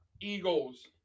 Eagles